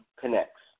connects